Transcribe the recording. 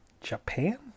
Japan